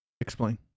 Explain